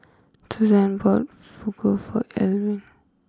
Suzan bought Fugu for Elwyn